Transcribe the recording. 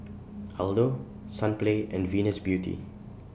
Aldo Sunplay and Venus Beauty